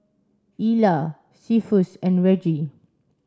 Ila Cephus and Reggie